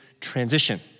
transition